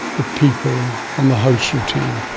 the people and the house routine.